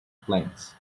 planes